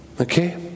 Okay